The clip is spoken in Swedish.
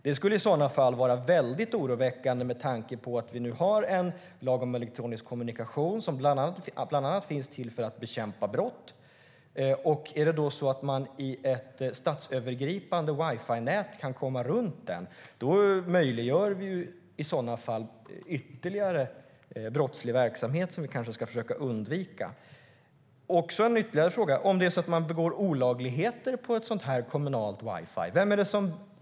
Det är i så fall oroväckande med tanke på att vi har en lag om elektronisk kommunikation som bland annat finns till för att bekämpa brott. Kan man i ett statsövergripande wifi-nät komma runt denna lag möjliggör vi ytterligare brottslig verksamhet, vilket vi ska försöka undvika. Jag har ytterligare en fråga: Om man sysslar med olagligheter på ett kommunalt wifi, vem bär då ansvaret?